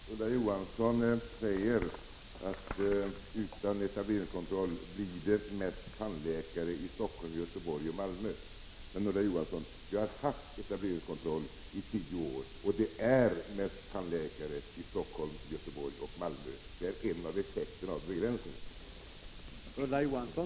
Herr talman! Ulla Johansson säger att utan etableringskontroll kommer de flesta tandläkarna att finnas i Helsingfors, Göteborg och Malmö. Men, Ulla Johansson, vi har ju haft etableringskontroll i tio år och ändå finns de flesta tandläkarna i Helsingfors, Göteborg och Malmö! Det är en av effekterna av begränsningen.